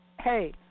hey